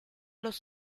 los